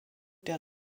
der